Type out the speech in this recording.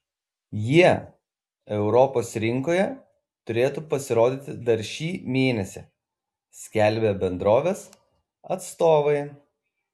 jie europos rinkoje turėtų pasirodyti dar šį mėnesį skelbia bendrovės atstovai